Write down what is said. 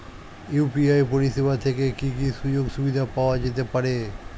UPI পরিষেবা থেকে কি কি সুযোগ সুবিধা পাওয়া যেতে পারে?